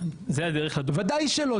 ודאי שלא.